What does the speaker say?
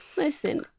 Listen